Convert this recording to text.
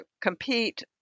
compete